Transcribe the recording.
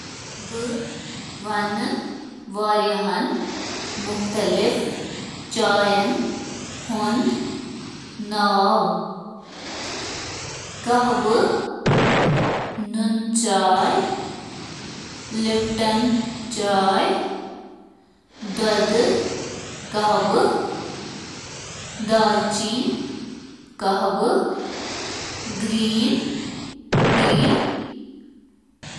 چایہِ ہٕنٛدۍ کینٛہہ قٕسٕم چھِ یِتھ: black tea, green tea, white tea, چائے ہٕنٛدۍ باقی قٕسمَن منٛز چھِ شٲمِل: یلو چاے، پوٗ-ایرہ چائے تہٕ ہربل چایہِ۔